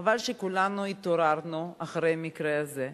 חבל שכולנו התעוררנו אחרי המקרה הזה.